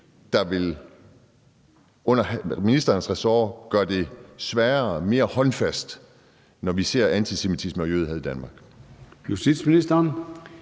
bedding, der vil gøre det sværere og mere håndfast, når vi ser antisemitisme og jødehad i Danmark.